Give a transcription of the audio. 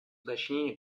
уточнения